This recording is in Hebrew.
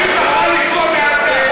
אתה לא מבין מה אתה מקריא.